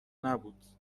نبود